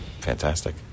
Fantastic